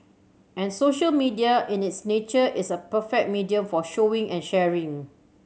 and social media in its nature is a perfect medium for showing and sharing